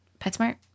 PetSmart